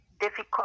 difficult